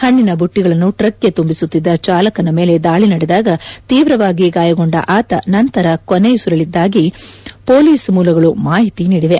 ಪಣ್ಣಿನ ಬುಟ್ಸಗಳನ್ನು ಟ್ರಕ್ಗೆ ತುಂಬಿಸುತ್ತಿದ್ದ ಚಾಲಕನ ಮೇಲೆ ದಾಳಿ ನಡೆದಾಗ ತೀವ್ರವಾಗಿ ಗಾಯಗೊಂಡ ಆತ ನಂತರ ಕೊನೆಯುಸಿರೆಳೆದಿದ್ದಾಗಿ ಪೊಲೀಸ್ ಮೂಲಗಳು ಮಾಹಿತಿ ನೀಡಿವೆ